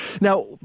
Now